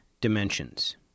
Dimensions